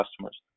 customers